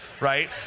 Right